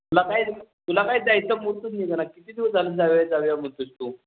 तुला काय तुला काय जायचा मुहूर्तच निघेना किती दिवस झालं जाऊया जाऊया बोलतो आहेस तू